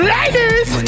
Ladies